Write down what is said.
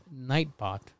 Nightbot